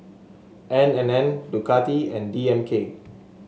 N and N Ducati and D M K